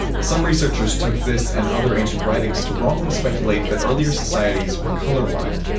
some researchers took this and other ancient writings to wrongly speculate that earlier societies were colorblind.